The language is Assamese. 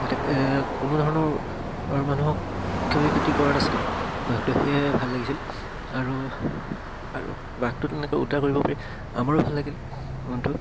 যাতে কোনো ধৰণৰ মানুহক ক্ষয়ক্ষতি কৰা নাছিল বাঘটো সেয়াই ভাল লাগিছিল আৰু আৰু বাঘটো তেনেকৈ উদ্ধাৰ কৰিব পাৰি আমাৰো ভাল লাগিল মনটো